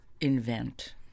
invent